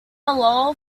lull